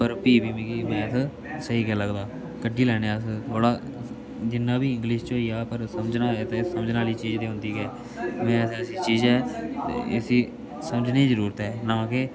पर फ्ही बी मिगी मैथ स्हेई गै लगदा कड्ढी लैने अस थोह्ड़ा जिन्ना बी इंग्लिश च होई गेआ पर समझना गै ते समझन आह्ली चीज ते होंदी गै ऐ मैथ ऐसी चीज ऐ इसी समझने दी जरूरत ऐ ना के